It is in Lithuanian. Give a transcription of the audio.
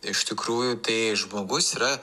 iš tikrųjų tai žmogus yra